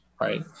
right